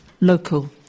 local